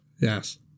yes